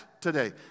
today